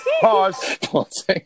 Pause